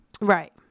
Right